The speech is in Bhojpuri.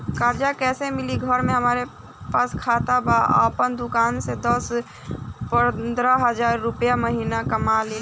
कर्जा कैसे मिली घर में हमरे पास खाता बा आपन दुकानसे दस पंद्रह हज़ार रुपया महीना कमा लीला?